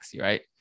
right